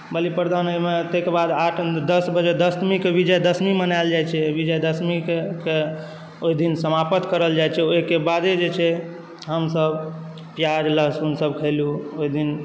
बलिप्रदान होइमे ताहिके बाद आठ दस बजे दशमीके विजयादशमी मनाएल जाइ छै विजयदशमीके ओहि दिन समाप्त करल जाइत छै ओहिके बादे जे छै हमसभ प्याज लहसुनसभ खेलहुँ ओहि दिन